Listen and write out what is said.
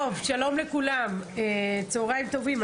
שלום לכולם, צהריים טובים.